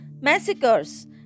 massacres